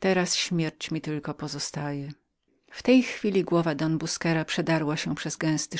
teraz śmierć mi tylko pozostaje w tej chwili głowa don busquera przedarła się przez